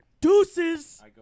Deuces